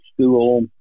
school